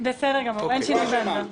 בסדר גמור, אין שינוי בעמדה.